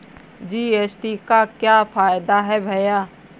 GST का क्या फायदा है भैया?